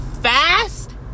fast